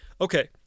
Okay